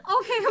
Okay